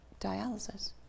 dialysis